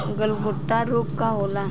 गलघोटू रोग का होला?